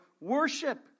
worship